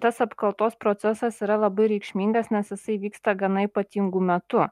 tas apkaltos procesas yra labai reikšmingas nes jisai vyksta gana ypatingu metu